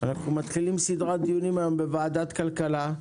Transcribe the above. אנחנו מתחילים היום סדרת דיונים בוועדת כלכלה.